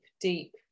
deep